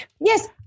Yes